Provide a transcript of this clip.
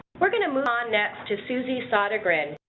we're going to move on next to suzy sodergren,